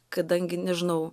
kadangi nežinau